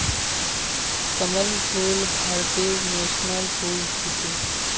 कमल फूल भारतेर नेशनल फुल छिके